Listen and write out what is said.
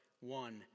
one